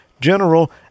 general